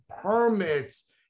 permits